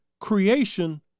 Creation